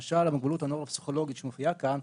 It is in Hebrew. למשל המוגבלות הנוירופסיכולוגית שמופיעה כאן,